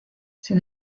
sin